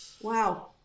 Wow